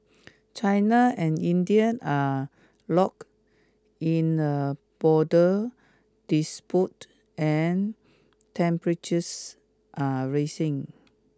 China and Indian are locked in a border dispute and temperatures are raising